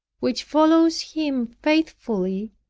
which follows him faithfully,